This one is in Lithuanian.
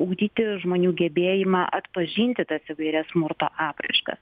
ugdyti žmonių gebėjimą atpažinti tas įvairias smurto apraiškas